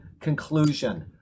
conclusion